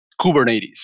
Kubernetes